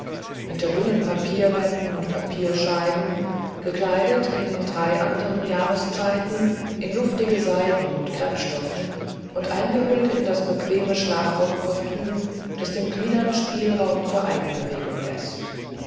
hinter dünnen papierwänden und papierscheiben gekleidet in den drei anderen jahreszeiten in luftige seiden und kreppstoffe und eingehüllt in das bequeme schlafrockkostüm das den gliedern spielraum zu eigenbewegung läßt